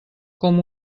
com